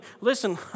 Listen